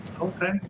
Okay